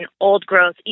old-growth